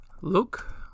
Look